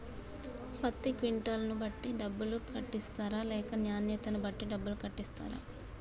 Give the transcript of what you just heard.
పత్తి క్వింటాల్ ను బట్టి డబ్బులు కట్టిస్తరా లేక నాణ్యతను బట్టి డబ్బులు కట్టిస్తారా?